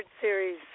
Series